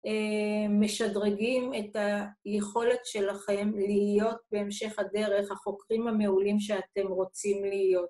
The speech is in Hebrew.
משדרגים את היכולת שלכם להיות בהמשך הדרך החוקרים המעולים שאתם רוצים להיות.